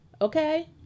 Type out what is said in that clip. Okay